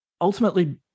ultimately